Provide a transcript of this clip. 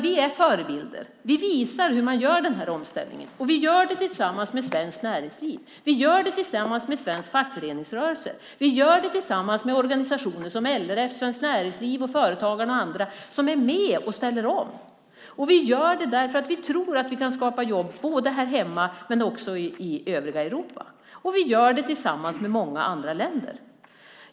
Vi är förebilder. Vi visar hur man gör den här omställningen, och vi gör den tillsammans med Sveriges näringsliv. Vi gör den tillsammans med svensk fackföreningsrörelse. Vi gör den tillsammans med organisationer som LRF, Svenskt Näringsliv, Företagarna och andra som är med och ställer om. Och vi gör det därför att vi tror att vi kan skapa jobb både här hemma och i övriga Europa. Vi gör det också tillsammans med många andra länder.